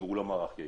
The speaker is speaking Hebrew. והוא לא מערך יעיל.